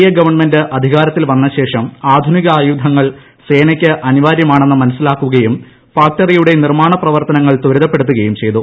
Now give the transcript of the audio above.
A government അധികാരത്തിൽ വന്ന ശേഷം ആധുനിക ആയുധങ്ങൾ സേനയ്ക്ക് അനിവാര്യമാണെന്ന് മനസ്സിലാക്കുകയും ഫാക്ടറിയുടെ നിർമ്മാണ പ്രവർത്തനങ്ങൾ ത്വരിതപ്പെടുത്തുകയും ചെയ്തു